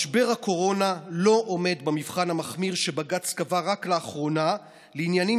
משבר הקורונה לא עומד במבחן המחמיר שבג"ץ קבע רק לאחרונה לעניינים